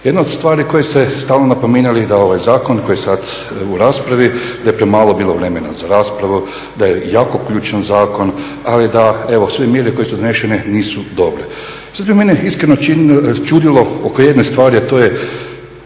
Jedna od stvari koje ste stalno napominjali da ovaj zakon koji je sada u raspravi da je premalo bilo vremena za raspravu, da je jako ključan zakon ali da evo sve mjere koje su donesene nisu dobre. Sada bi mene iskreno čudilo oko jedne stvari a to je